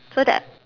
so that